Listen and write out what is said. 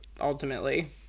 ultimately